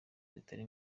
zitari